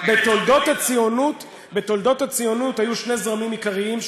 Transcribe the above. אבל בתולדות הציונות היו שני זרמים עיקריים,